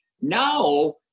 now